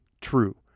true